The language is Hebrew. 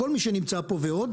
כל מי שנמצא פה ועוד,